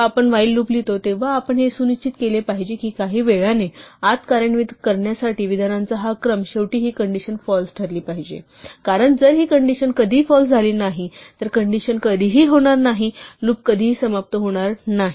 जेव्हा आपण while loop लिहितो तेव्हा आपण हे सुनिश्चित केले पाहिजे की काही वेळाने आत कार्यान्वित करण्यासाठी विधानांचा हा क्रम शेवटी ही कंडिशन फाल्स ठरली पाहिजे कारण जर ही कंडिशन कधीही फाल्स झाली नाही तर कंडिशन कधीही होणार नाही लूप कधीही समाप्त होणार नाही